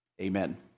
Amen